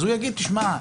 יש מי שיגיד: שמע,